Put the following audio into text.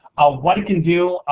what it can do,